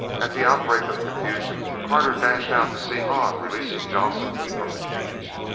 at the outbreak of confusion, carter dashed out to see hahn releasing johnson from the cage.